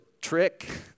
trick